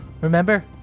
Remember